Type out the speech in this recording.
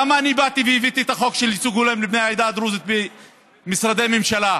למה הבאתי את החוק של ייצוג הולם לבני העדה הדרוזית במשרדי ממשלה?